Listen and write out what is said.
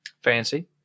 fancy